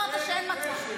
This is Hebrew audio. אמרתי, סיפרתי לך צ'יזבט.